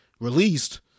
released